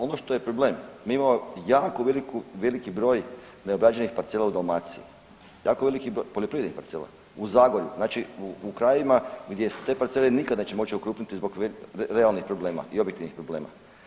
Ono što je problem, mi imamo jako veliki broj neobrađenih parcela u Dalmaciji, jako veliki broj poljoprivrednih parcela u Zagorju, znači u krajevima gdje se te parcele neće moći nikada okrupniti zbog realnih problema i objektivnih problema.